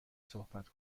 صحبت